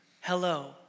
Hello